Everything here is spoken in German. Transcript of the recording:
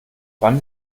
wann